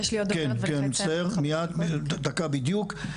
כן, מייד, דקה בדיוק.